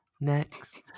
next